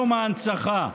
יום ההנצחה.